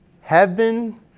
Heaven